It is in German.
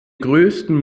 größten